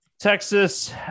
Texas